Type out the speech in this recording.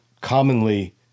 commonly